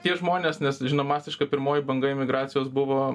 tie žmonės nes žinom masiška pirmoji banga emigracijos buvo